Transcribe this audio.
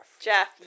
Jeff